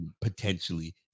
potentially